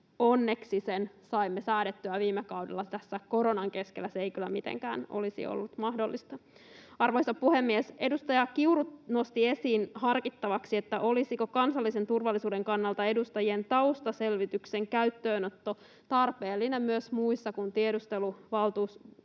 Onneksi sen saimme säädettyä viime kaudella. Tässä koronan keskellä se ei kyllä mitenkään olisi ollut mahdollista. Arvoisa puhemies! Edustaja Kiuru nosti esiin harkittavaksi, olisiko kansallisen turvallisuuden kannalta edustajien taustaselvityksen käyttöönotto tarpeellinen myös muissa kuin tiedusteluvalvontavaliokunnassa.